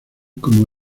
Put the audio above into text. como